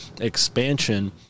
expansion